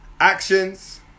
actions